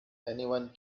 anyone